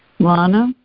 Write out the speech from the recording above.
Lana